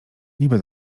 niby